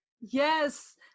Yes